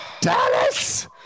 Dallas